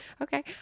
Okay